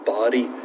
body